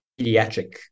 pediatric